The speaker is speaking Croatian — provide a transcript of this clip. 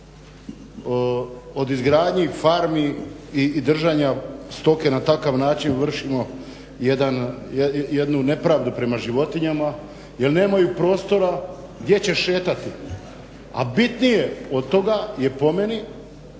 o izgradnji farmi i držanja stoke na takav način vršimo jednu nepravdu prema životinjama jer nemaju prostora gdje će šetati. A bitnije od toga je po meni